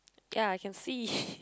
ya I can see